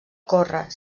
córrer